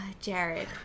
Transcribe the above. Jared